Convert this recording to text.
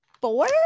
four